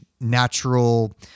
Natural